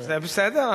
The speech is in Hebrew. זה בסדר,